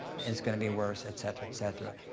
it's gonna be worse, et cetera, et cetera.